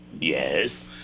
yes